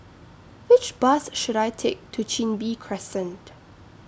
Which Bus should I Take to Chin Bee Crescent